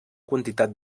quantitat